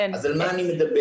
אז על מה אני מדבר?